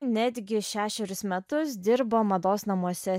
netgi šešerius metus dirbo mados namuose